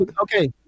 Okay